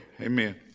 Amen